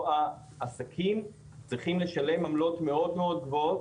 העסקים צריכים לשלם עמלות מאוד גבוהות